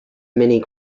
many